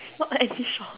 it's not any shop